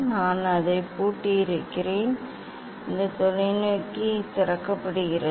நான் அதை பூட்டியிருக்கிறேன் இந்த தொலைநோக்கி திறக்கப்படுகிறது